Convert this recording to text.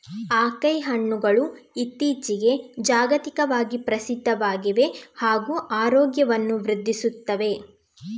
acai ಹಣ್ಣುಗಳು ಇತ್ತೀಚಿಗೆ ಜಾಗತಿಕವಾಗಿ ಪ್ರಸಿದ್ಧವಾಗಿವೆ ಹಾಗೂ ಆರೋಗ್ಯವನ್ನು ವೃದ್ಧಿಸುತ್ತವೆ